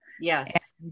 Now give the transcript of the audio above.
Yes